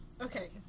Okay